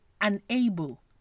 unable